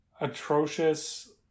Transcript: atrocious